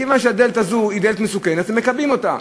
מכיוון שהדלת הזו היא דלת מסוכנת, הם מקבעים אותה.